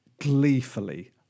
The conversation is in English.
gleefully